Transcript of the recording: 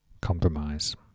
compromise